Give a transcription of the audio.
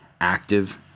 active